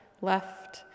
left